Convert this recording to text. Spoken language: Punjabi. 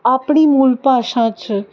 ਆਪਣੀ ਮੂਲ ਭਾਸ਼ਾ 'ਚ